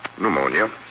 Pneumonia